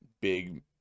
big